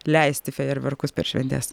leisti fejerverkus per šventes